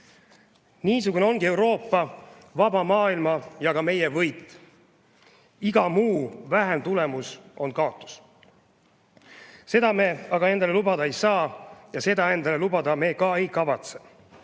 Niisugune ongi Euroopa, vaba maailma ja ka meie võit. Iga muu, vähem tulemus, on kaotus. Seda me aga endale lubada ei saa ja seda me endale lubada ka ei kavatse.